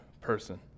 person